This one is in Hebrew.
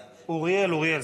אוריאל, אוריאל.